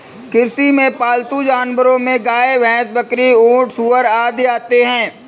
कृषि में पालतू जानवरो में गाय, भैंस, बकरी, ऊँट, सूअर आदि आते है